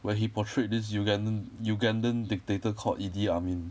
where he portrayed this ugandan ugandan dictator called idi amin